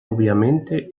obviamente